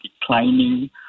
declining